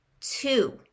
Two